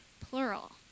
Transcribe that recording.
plural